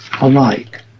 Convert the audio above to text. alike